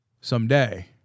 Someday